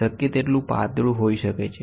શક્ય તેટલું પાતળું હોઈ શકે છે